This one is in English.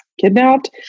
kidnapped